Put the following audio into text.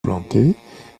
plantées